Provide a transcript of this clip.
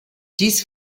dies